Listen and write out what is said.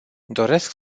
doresc